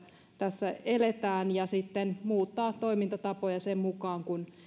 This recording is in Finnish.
tässä eletään ja sitten muuttaa toimintatapoja sen mukaan